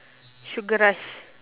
sugar rush